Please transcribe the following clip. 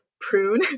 prune